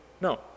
No